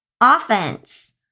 offense